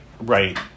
right